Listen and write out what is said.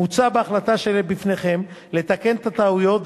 מוצע בהחלטה שבפניכם לתקן את הטעויות,